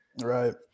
Right